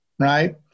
right